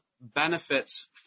benefits